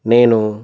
నేను